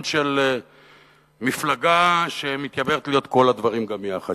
של מפלגה שמתיימרת להיות כל הדברים גם יחד,